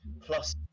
plus